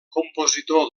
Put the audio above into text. compositor